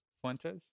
Fuentes